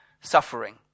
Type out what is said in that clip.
suffering